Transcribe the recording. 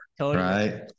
right